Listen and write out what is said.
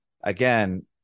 Again